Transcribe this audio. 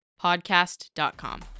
Podcast.com